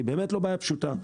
היא לא בעיה פשוטה,